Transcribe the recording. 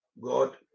God